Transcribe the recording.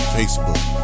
Facebook